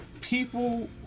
People